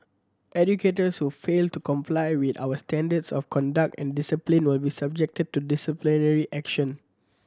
educators who fail to comply with our standards of conduct and discipline will be subjected to disciplinary action